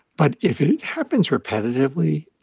but if it happens repetitively,